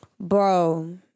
bro